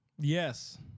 yes